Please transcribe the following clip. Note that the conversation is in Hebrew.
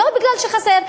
לא בגלל שחסר,